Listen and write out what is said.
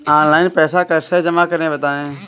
Online पैसा कैसे जमा करें बताएँ?